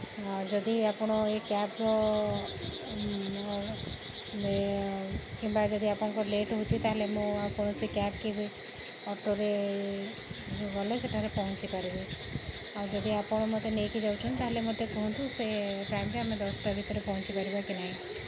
ଆଉ ଯଦି ଆପଣ ଏ କ୍ୟାବ୍ର କିମ୍ବା ଯଦି ଆପଣଙ୍କ ଲେଟ୍ ହେଉଛି ତା'ହେଲେ ମୁଁ ଆଉ କୌଣସି କ୍ୟାବ୍ କି ଅଟୋରେ ଗଲେ ସେଠାରେ ପହଞ୍ଚିପାରିବି ଆଉ ଯଦି ଆପଣ ମୋତେ ନେଇକି ଯାଉଛନ୍ତି ତା'ହେଲେ ମୋତେ କୁହନ୍ତୁ ସେ ଟାଇମ୍ରେ ଆମେ ଦଶଟା ଭିତରେ ପହଞ୍ଚିପାରିବା କି ନାହିଁ